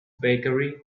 bakery